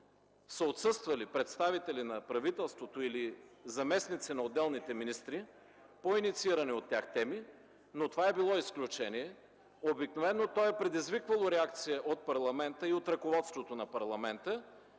в които представители на правителството или заместници на отделните министри са отсъствали по инициирани от тях теми, но това е било изключение. Обикновено то е предизвиквало реакция от парламента и от ръководството на парламента.